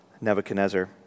Nebuchadnezzar